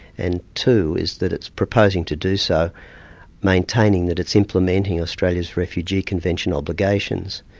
and two, is that it's proposing to do so maintaining that it's implementing australia's refugee convention obligations.